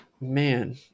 man